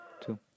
two